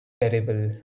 terrible